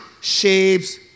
shapes